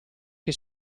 che